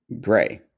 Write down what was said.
gray